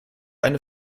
eine